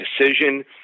decision